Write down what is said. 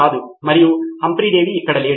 నితిన్ కురియన్ సరిగ్గా చేస్తున్నట్లు అనుకుందాం